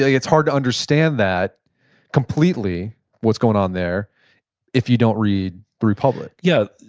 it's hard to understand that completely what's going on there if you don't read the republic yeah.